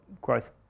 growth